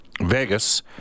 Vegas